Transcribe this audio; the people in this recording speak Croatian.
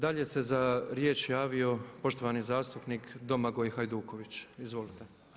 Dalje se za riječ javio poštovani zastupnik Domagoj Hajduković, izvolite.